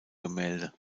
gemälde